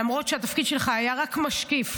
למרות שהתפקיד שלך היה רק משקיף,